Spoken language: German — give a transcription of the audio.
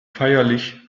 feierlich